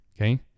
Okay